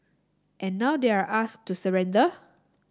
and now they're asked to surrender